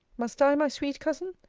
must i, my sweet cousin?